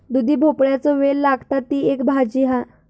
दुधी भोपळ्याचो वेल लागता, ती एक भाजी हा